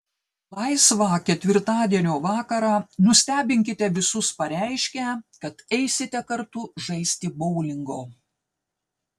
laisvą ketvirtadienio vakarą nustebinkite visus pareiškę kad eisite kartu žaisti boulingo